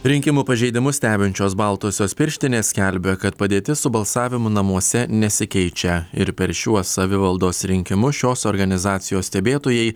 rinkimų pažeidimus stebinčios baltosios pirštinės skelbia kad padėtis su balsavimu namuose nesikeičia ir per šiuos savivaldos rinkimus šios organizacijos stebėtojai